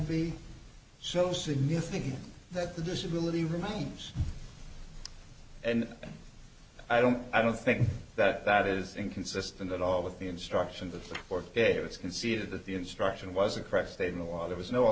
be so significant that the disability remains and i don't i don't think that that is inconsistent at all with the instruction that or it was conceded that the instruction was a correct statement while there